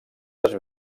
les